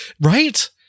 Right